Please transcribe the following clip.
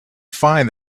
find